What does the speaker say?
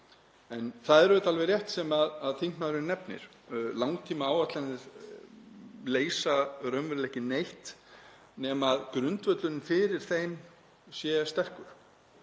En það er auðvitað alveg rétt sem þingmaðurinn nefnir, langtímaáætlanir leysa raunverulega ekki neitt nema grundvöllurinn fyrir þeim sé sterkur.